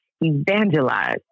evangelize